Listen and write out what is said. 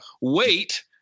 Wait